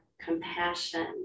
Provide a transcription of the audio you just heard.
compassion